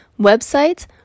websites